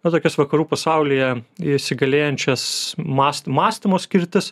nu tokias vakarų pasaulyje įsigalėjančias mast mąstymo skirtis